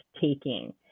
taking